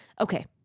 Okay